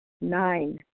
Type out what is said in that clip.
Nine